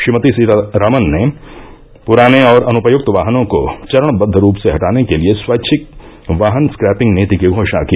श्रीमती सीतारामन ने प्राने और अनुपयुक्त वाहनों को चरणबद्द रूप से हटाने के लिए स्वैच्छिक वाहन स्क्रैपिंग नीति की घोषणा की